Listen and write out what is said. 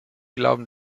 glauben